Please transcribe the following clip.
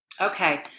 Okay